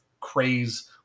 craze